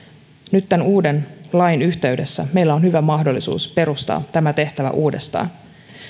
nyt tämän uuden lain yhteydessä meillä on hyvä mahdollisuus perustaa tämä tehtävä uudestaan